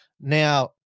Now